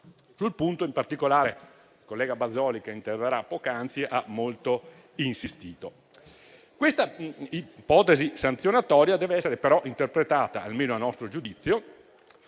Sul punto, in particolare il collega Bazoli ha molto insistito. Questa ipotesi sanzionatoria dev'essere però interpretata, almeno a nostro giudizio